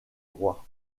roi